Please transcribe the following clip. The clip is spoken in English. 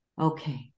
Okay